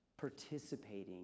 participating